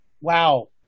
Wow